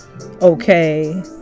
Okay